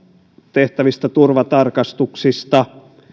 tehtävistä turvatarkastuksista